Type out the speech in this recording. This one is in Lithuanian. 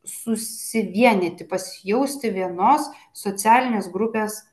susivienyti pasijausti vienos socialinės grupės